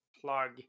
plug